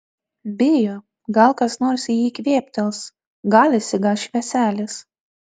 bijo gal kas nors į jį kvėptels gal išsigąs švieselės